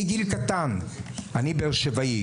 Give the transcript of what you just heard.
מגיל קטן אני באר-שבעי,